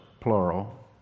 plural